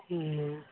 हूँ